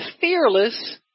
fearless